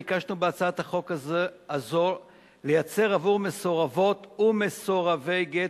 ביקשנו בהצעת החוק הזאת לייצר עבור מסורבות ומסורבי גט,